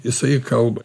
jisai kalba